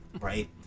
right